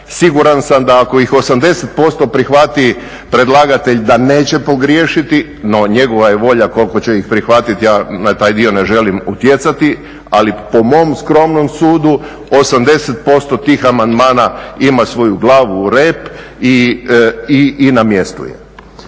Siguran sam da ako ih 80% prihvati predlagatelj da neće pogriješiti, no njegova je volja koliko će ih prihvatiti, ja na taj dio ne želim utjecati ali po mom skromnom sudu 80% tih amandmana ima svoju glavu i rep i na mjestu je.